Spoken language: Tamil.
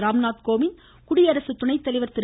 ராம்நாத் கோவிந்த் குடியரசு துணைத்தலைவா் திரு